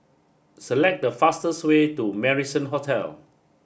select the fastest way to Marrison Hotel